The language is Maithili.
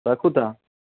राखु तऽ